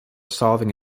solving